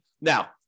Now